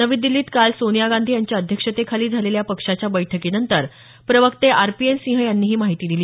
नवी दिल्लीत काल सोनिया गांधी यांच्या अध्यक्षतेखाली झालेल्या पक्षाच्या बैठकीनंतर प्रवक्ते आर पी एन सिंह यांनी ही माहिती दिली